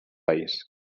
país